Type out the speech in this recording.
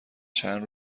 چند